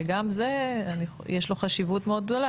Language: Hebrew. שגם לזה יש חשיבות מאוד גדולה,